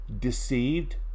deceived